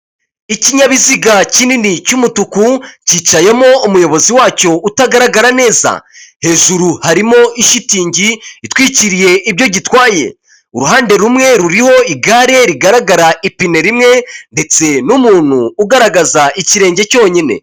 Ikinyabiziga kinini cy'umutuku cyicayemo umuyobozi wacyo utagaragara neza, hejuru harimo ishitingi itwikiriye ibyo gitwaye, uruhande rumwe ruriho igare rigaragara ipine rimwe ndetse n'umuntu ugaragaza ikirenge cyonyine.